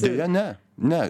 deja ne ne